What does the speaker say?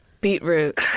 Beetroot